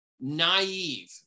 naive